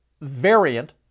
variant